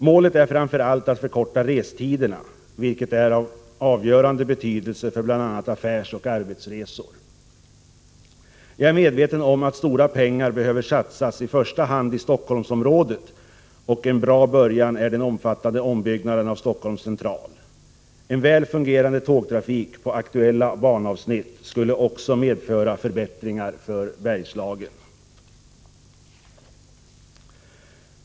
Målet är framför allt att förkorta restiderna, vilket är av avgörande betydelse för bl.a. affärsoch arbetsresorna. Jag är medveten om att stora pengar behöver satsas i första hand i Stockholmsområdet, och en bra början är den omfattande ombyggnaden av Stockholms central. En väl fungerande tågtrafik på aktuella banavsnitt skulle också medföra förbättringar för Bergslagen.